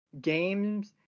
games